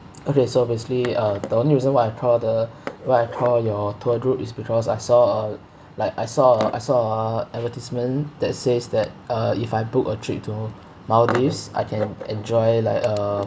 okay so basically uh the only reason why I call the why I call your tour group is because I saw uh like I saw a I saw a advertisement that says that uh if I book a trip to maldives I can enjoy like uh